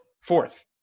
Fourth